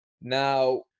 Now